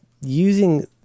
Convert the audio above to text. using